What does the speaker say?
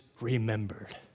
remembered